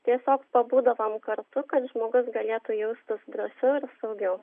tiesiog pabūdavom kartu kad žmogus galėtų jaustis drąsiau ir saugiau